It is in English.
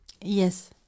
yes